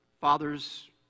father's